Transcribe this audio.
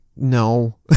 No